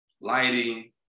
lighting